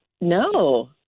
No